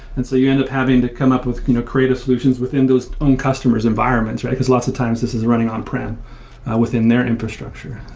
and so you end up having to come up with creative solutions within those own customer's environments, because lots of times this is running on-prem within their infrastructure.